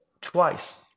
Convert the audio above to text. twice